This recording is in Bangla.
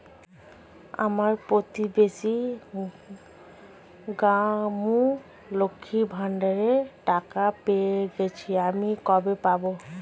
আমার প্রতিবেশী গাঙ্মু, লক্ষ্মীর ভান্ডারের টাকা পেয়ে গেছে, আমি কবে পাব?